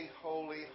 holy